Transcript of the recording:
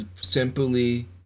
simply